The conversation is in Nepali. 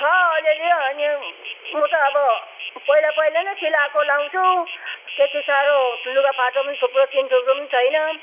छ अलिअलि अनि म त अब पहिला पहिला नै सिलाएको लगाउँछु त्यति साह्रो लुगाफाटा पनि थुप्रो तिन थुप्रो पनि छैन